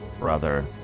Brother